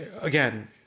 again